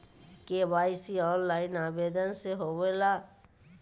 KYC online आवेदन से होवे ला?